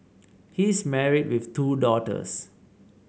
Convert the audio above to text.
he is married with two daughters